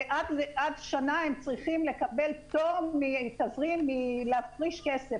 ועד שנה הם צריכים לקבל פטור מלהפריש כסף.